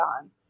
on